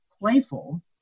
playful